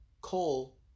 coal